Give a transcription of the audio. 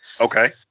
Okay